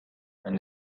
and